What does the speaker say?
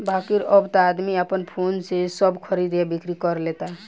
बाकिर अब त आदमी आपन फोने से सब खरीद आ बिक्री कर लेता